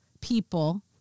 people